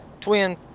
Twin